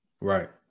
Right